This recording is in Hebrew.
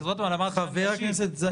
חבר הכנסת רוטמן,